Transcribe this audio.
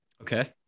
Okay